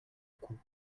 coup